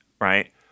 right